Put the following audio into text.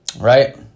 right